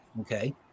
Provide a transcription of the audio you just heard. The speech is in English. Okay